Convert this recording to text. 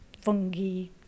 fungi